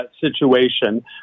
situation